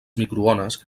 microones